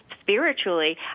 spiritually